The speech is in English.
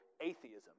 atheism